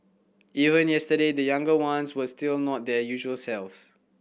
even yesterday the younger ones were still not their usual selves